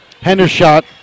Hendershot